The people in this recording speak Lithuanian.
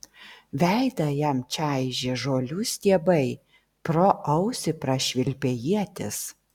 veidą jam čaižė žolių stiebai pro ausį prašvilpė ietis